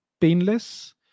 painless